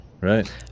right